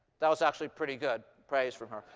that was actually pretty good praise from her.